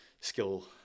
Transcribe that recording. skill